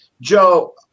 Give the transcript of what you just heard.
Joe